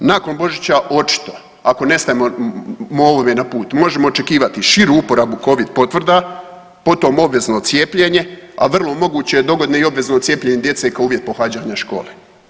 Na kraju, nakon Božića očito ako ne stavimo molove na put možemo očekivati širu uporabu covid potvrda, potom obvezno cijepljenje, a vrlo moguće dogodine i obvezno cijepljenje djece kao uvjet pohađanja škole.